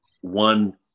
one